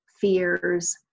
fears